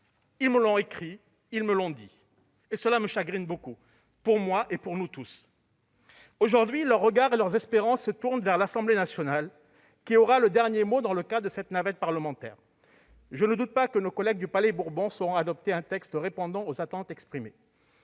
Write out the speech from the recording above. Ils me l'ont écrit. Ils me l'ont dit. Cela me chagrine beaucoup- pour moi, et pour nous tous. Aujourd'hui, leurs regards et leurs espérances se tournent vers l'Assemblée nationale qui aura le dernier mot dans le cadre de la navette parlementaire. Je ne doute pas que nos collègues du Palais Bourbon sauront adopter un texte répondant aux attentes exprimées.